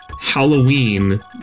Halloween